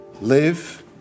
Live